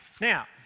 Now